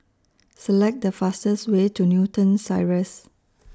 Select The fastest Way to Newton Cirus